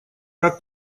как